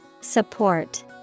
Support